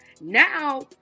Now